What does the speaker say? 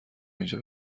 اینجا